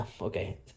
okay